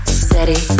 steady